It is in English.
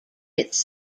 its